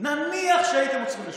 נניח שהייתם עוצרים לשבועיים,